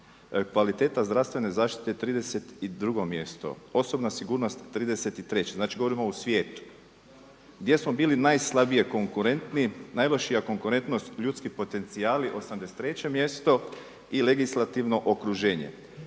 kvaliteta zdravstvene zaštite 32. mjesto, osobna sigurnost 33. znači govorimo u svijetu. Gdje smo bili najslabije konkurentni, najlošija konkurentnost ljudski potencijali 83. mjesto i legislativno okruženje.